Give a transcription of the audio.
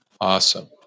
Awesome